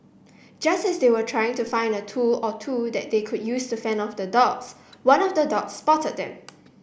just as they were trying to find a tool or two that they could use to fend off the dogs one of the dogs spotted them